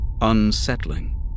unsettling